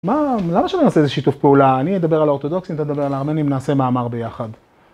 למה שאני עושה איזה שיתוף פעולה? אני אדבר על האורתודוקסים, אתה תדבר על הארמנים, נעשה מאמר ביחד.